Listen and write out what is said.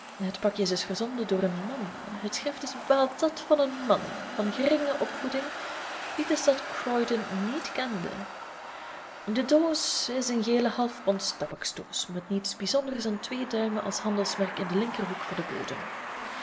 het pakje is dus verzonden door een man het schrift is bepaald dat van een man van geringe opvoeding die de stad croydon niet kende de doos is een gele halfponds tabaksdoos met niets bijzonders dan twee duimen als handelsmerk in den linkerhoek van den bodem